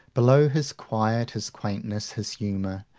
below his quiet, his quaintness, his humour,